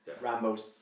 Rambo's